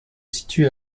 situe